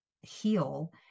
heal